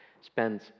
spends